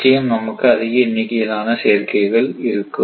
நிச்சயம் நமக்கு அதிக எண்ணிக்கையிலான சேர்க்கைகள் இருக்கும்